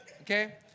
Okay